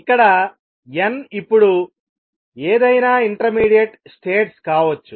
ఇక్కడ n ఇప్పుడు ఏదైనా ఇంటర్మీడియట్ స్టేట్స్ కావచ్చు